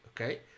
Okay